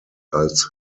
als